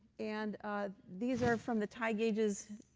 and these are from the tide gauges,